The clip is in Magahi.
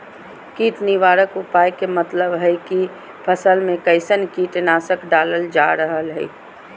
कीट निवारक उपाय के मतलव हई की फसल में कैसन कीट नाशक डालल जा रहल हई